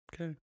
Okay